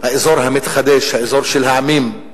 האזור המתחדש, האזור של העמים.